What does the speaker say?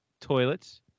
toilets